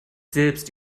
selbst